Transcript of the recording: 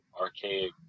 archaic